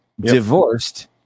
Divorced